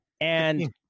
And-